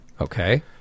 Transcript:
Okay